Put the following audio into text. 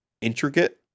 intricate